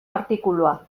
artikulua